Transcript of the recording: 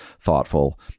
thoughtful